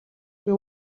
буй